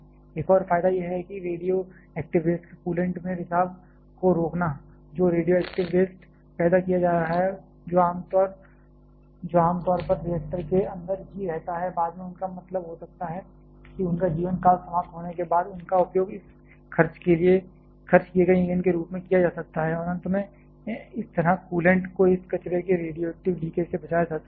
एक और फायदा यह है कि रेडियोएक्टिव वेस्ट का कूलेंट में रिसाव को रोकना जो रेडियोएक्टिव वेस्ट पैदा किया जा रहा है जो आम तौर पर रिएक्टर के अंदर ही रहता है बाद में उनका मतलब हो सकता है कि उनका जीवन काल समाप्त होने के बाद उनका उपयोग इस खर्च किए गए ईंधन के रूप में किया जा सकता है और अंत में इस तरह कूलेंट को इस कचरे के रेडियोएक्टिव लीकेज से बचाया जा सकता है